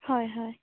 হয় হয়